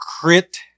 crit